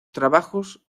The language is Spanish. trabajos